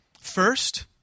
First